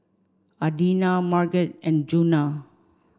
Adina Marget and Djuna